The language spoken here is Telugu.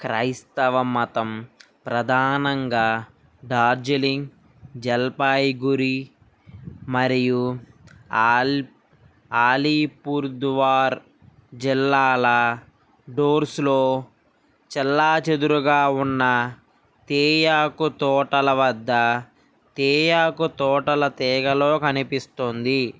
క్రైస్తవ మతం ప్రధానంగా డార్జిలింగ్ జల్పాయిగురి మరియు ఆల్ అలీపుర్దువార్ జిల్లాల డోర్స్లో చెల్లాచెదురుగా ఉన్న తేయాకు తోటల వద్ద తేయాకు తోటల తెగలో కనిపిస్తుంది